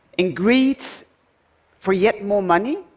in greed for yet more money,